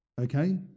okay